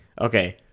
okay